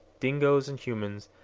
dingoes and humans,